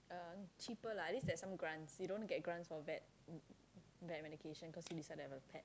uh cheaper lah at least there are some grants you don't want to get grants for bad um bad medication cause you decided to have a pet